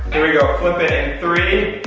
here we go, flip it in three,